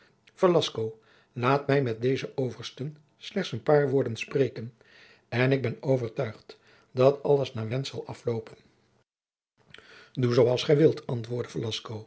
laat mij met deze oversten slechts een paar woorden spreken en ik ben overtuigd dat alles naar wensch zal afloopen doe zoo als gij wilt antwoordde